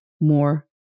more